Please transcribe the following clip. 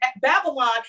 Babylon